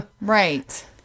right